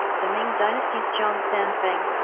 the ming dynasty's zhang san feng,